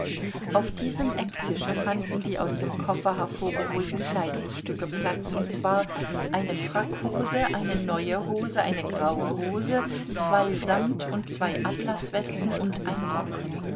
auf diesem ecktische fanden die aus dem koffer hervorgeholten kleidungsstücke platz und zwar eine frackhose eine neue hose eine graue hose zwei samt und zwei atlaswesten und ein rock